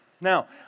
Now